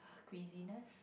craziness